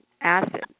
acid